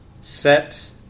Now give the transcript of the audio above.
set